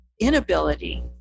inability